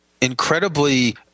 incredibly